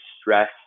stress